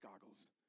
goggles